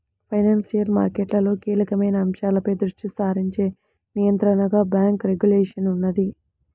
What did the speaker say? financial మార్కెట్లలో కీలకమైన అంశాలపై దృష్టి సారించే నియంత్రణగా బ్యేంకు రెగ్యులేషన్ ఉన్నది